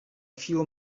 few